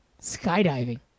skydiving